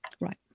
Right